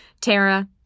Tara